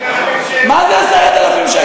מה זה 10,000 שקל?